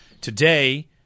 today